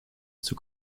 zur